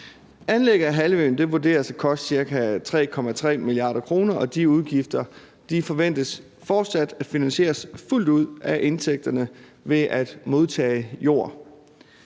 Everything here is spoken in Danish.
Anlægget af halvøen vurderes at koste ca. 3,3 mia. kr., og de udgifter forventes fortsat at finansieres fuldt ud af indtægterne ved at modtage jord.